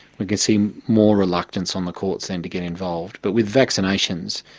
we can see more reluctance on the courts then to get involved, but with vaccinations,